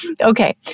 Okay